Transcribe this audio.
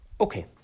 okay